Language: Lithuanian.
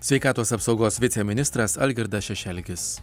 sveikatos apsaugos viceministras algirdas šešelgis